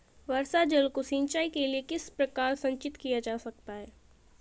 वर्षा जल को सिंचाई के लिए किस प्रकार संचित किया जा सकता है?